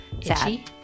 Itchy